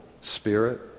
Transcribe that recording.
spirit